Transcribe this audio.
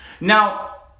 Now